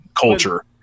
culture